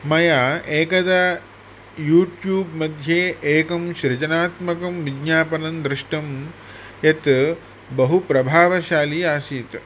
मया एकदा युट्यूब् मध्ये एकं सृजनात्मकं विज्ञापनं दृष्टं यत् बहुप्रभावशाली आसीत्